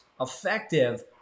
effective